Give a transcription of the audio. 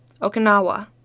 Okinawa